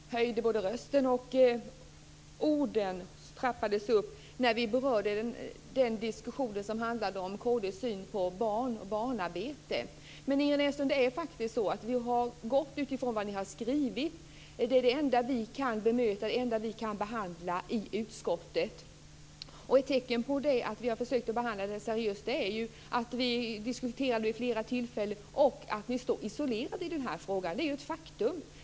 Fru talman! Ingrid Näslund både höjde rösten och trappade upp orden när hon berörde den diskussion som handlar om Kristdemokraternas syn på barnarbete. Men, Ingrid Näslund, vi har utgått ifrån det som ni har skrivit. Det är det enda som vi kan bemöta och behandla i utskottet. Ett tecken på att vi har haft en seriös behandling är ju att vi diskuterade vid flera tillfällen och att ni då stod isolerade. Det är ju ett faktum.